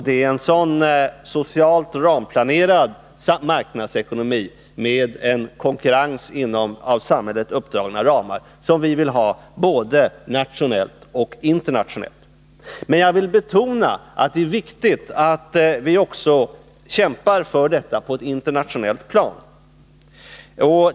Det är en sådan socialt ramplanerad marknadsekonomi med konkurrens inom av samhället uppdragna ramar som vi vill ha både nationellt och internationellt. Jag vill betona vikten av att vi också kämpar för detta på ett internationellt plan.